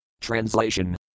Translation